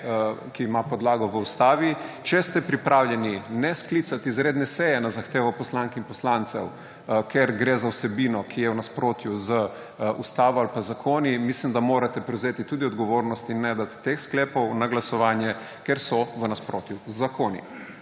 ki ima podlago v ustavi, če ste pripravljeni ne sklicati izredne seje na zahtevo poslank in poslancev, ker gre za vsebino, ki je v nasprotju z ustavo ali pa zakoni, mislim, da morate prevzeti tudi odgovornost in ne dati teh sklepov na glasovanje, ker so v nasprotju z zakoni.